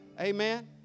amen